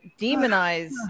demonize